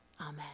amen